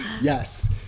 Yes